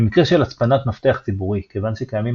במקרה של הצפנת מפתח ציבורי כיוון שקיימים